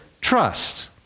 trust